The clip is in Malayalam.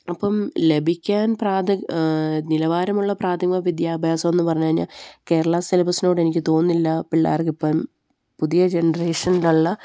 അപ്പം ലഭിക്കാൻ നിലവാരമുള്ള പ്രാഥമിക വിദ്യാഭ്യാസമെന്ന് പറഞ്ഞുകഴിഞ്ഞാല് കേരള സിലബസിനോട് എനിക്ക് തോന്നുന്നില്ല പിള്ളേർക്ക് ഇപ്പം പുതിയ ജനറേഷനിലുള്ള